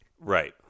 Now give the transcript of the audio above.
Right